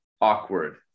awkward